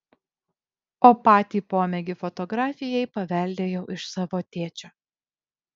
o patį pomėgį fotografijai paveldėjau iš savo tėčio